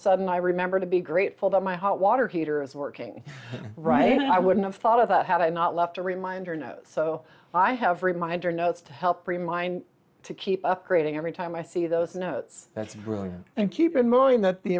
sudden i remember to be grateful that my hot water heater is working right now i wouldn't have thought of that had i not left a reminder note so i have reminder notes to help remind to keep upgrading every time i see those notes that ruin and keep in mind that the